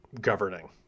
governing